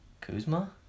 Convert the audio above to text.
Kuzma